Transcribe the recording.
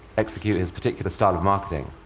execute his particular style of marketing.